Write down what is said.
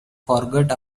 forgot